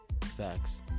Facts